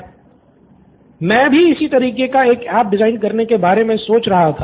student 3 मैं भी इसी तरह का ऐप डिज़ाइन करने के बारे में सोच रहा था